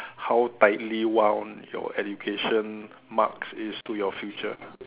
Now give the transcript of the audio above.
how tightly wound your education marks is to your future